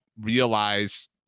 realize